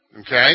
Okay